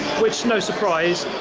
which no surprise,